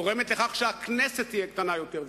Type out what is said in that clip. גורמת לכך שהכנסת תהיה קטנה יותר.